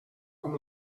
com